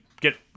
get